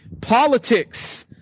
politics